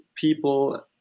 people